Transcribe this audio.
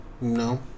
No